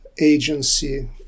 agency